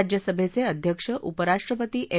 राज्यसभेचे अध्यक्ष उपराष्ट्रपती एम